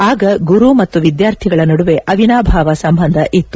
ಆಗ ಗುರು ಮತ್ತು ವಿದ್ಯಾರ್ಥಿಗಳ ನಡುವೆ ಅವಿನಾಭಾವ ಸಂಬಂಧ ಇತ್ತು